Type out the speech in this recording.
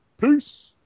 Peace